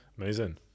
amazing